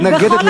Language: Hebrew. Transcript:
מתנגדת,